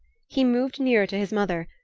he moved nearer to his mother,